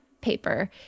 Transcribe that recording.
paper